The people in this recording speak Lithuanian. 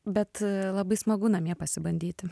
bet labai smagu namie pasibandyti